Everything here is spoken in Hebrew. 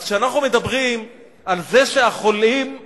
אז כשאנחנו מדברים על זה שהחולים,